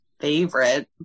favorite